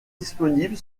disponible